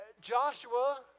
Joshua